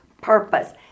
purpose